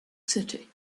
city